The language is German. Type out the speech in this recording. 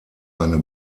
eine